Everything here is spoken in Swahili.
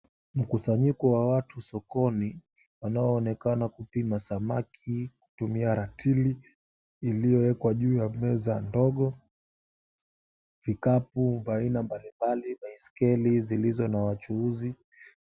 Mkusanyiko wa watu sokoni, wanaoonekana kupima samaki kutumia ratili iliyoekwa juu ya meza ndogo, vikapu vya aina mbalimbali, baiskeli zilizo na wachuuzi.